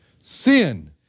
sin